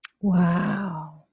Wow